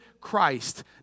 Christ